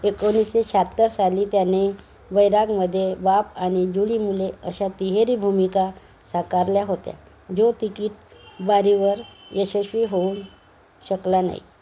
एकोणीशे शहात्तर साली त्याने बैरागमध्ये बाप आणि जुळी मुले अशा तिहेरी भूमिका साकारल्या होत्या जो तिकीट बारीवर यशस्वी होऊन शकला नाही